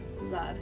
love